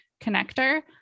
connector